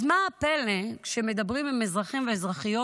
אז מה הפלא שכשמדברים עם אזרחים ואזרחיות,